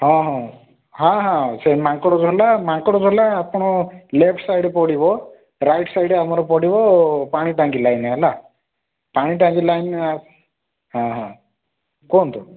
ହଁ ହଁ ହଁ ହଁ ସେ ମାଙ୍କଡ଼ ଧରିଲା ମାଙ୍କଡ଼ ଧରିଲା ଆପଣ ଲେଫ୍ଟ୍ ସାଇଡ଼୍ ପଡ଼ିବ ରାଇଟ୍ ସାଇଡ଼୍ରେ ଆମର ପଡ଼ିବ ପାଣି ଟାଙ୍କି ଲାଇନ୍ ହେଲା ପାଣି ଟାଙ୍କି ଲାଇନ୍ ହଁ ହଁ କୁହନ୍ତୁ